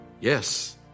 Yes